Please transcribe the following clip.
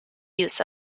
use